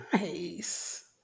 Nice